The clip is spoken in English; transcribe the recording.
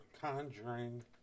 conjuring